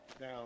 now